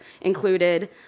included